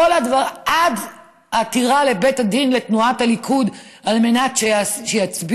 עד עתירה לבית הדין של תנועת הליכוד על מנת שיצביעו